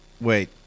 wait